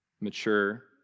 mature